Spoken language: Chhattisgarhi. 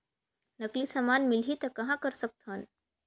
नकली समान मिलही त कहां कर सकथन?